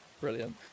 Brilliant